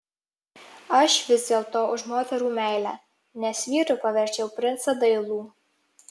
aš vis dėlto už moterų meilę nes vyru paverčiau princą dailų